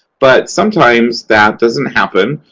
but sometimes that doesn't happen.